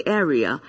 area